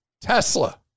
Tesla